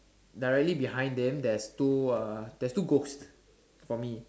directly behind them there's two uh there's two ghost for me